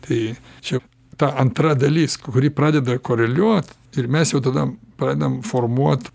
tai čia ta antra dalis kuri pradeda koreliuot ir mes jau tada pradedam formuot